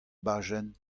bajenn